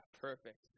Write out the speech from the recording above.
perfect